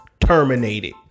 Terminated